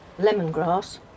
lemongrass